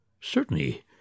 Certainly